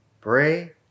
Pray